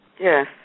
Yes